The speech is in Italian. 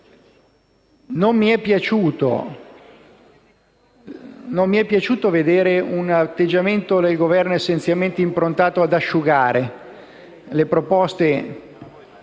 Non mi è piaciuto vedere un atteggiamento del Governo essenzialmente improntato ad asciugare le proposte